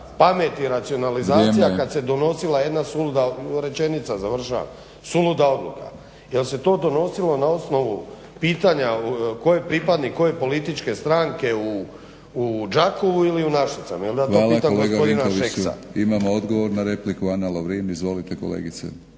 pamet i racionalizacija kad se donosila jedna suluda odluka? Jel' se to donosilo na osnovu pitanja tko je pripadnik koje političke stranke u Đakovu ili u Našicama? Ili da to pitam gospodina Šeksa? **Batinić, Milorad